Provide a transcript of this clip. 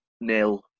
nil